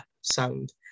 sound